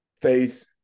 faith